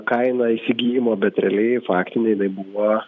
kaina įsigijimo bet realiai faktinė jinai buvo